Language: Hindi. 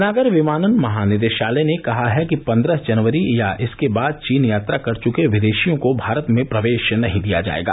नागर विमानन महानिदेशालय ने कहा है कि पन्द्रह जनवरी या इसके बाद चीन यात्रा कर चुके विदेशियों को भारत में प्रवेश नहीं दिया जाएगा